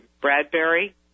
Bradbury